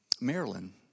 Maryland